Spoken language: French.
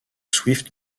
swift